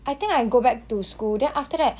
I think I go back to school then after that